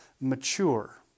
mature